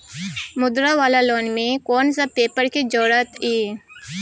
मुद्रा वाला लोन म कोन सब पेपर के जरूरत इ?